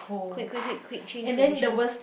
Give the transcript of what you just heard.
quick quick quick quick change position